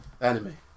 anime